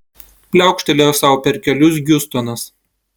pliaukštelėjo sau per kelius hiustonas